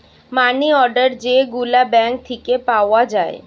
মানি order যে গুলা bank থিকে পাওয়া যায়